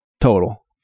total